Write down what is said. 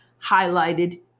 highlighted